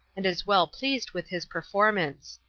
and is well pleased with his performance